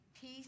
peace